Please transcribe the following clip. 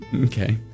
Okay